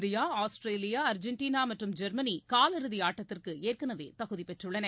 India Australia Argentina மற்றும் Germany காலிறுதி ஆட்டத்திற்கு ஏற்களவே தகுதி பெற்றுள்ளன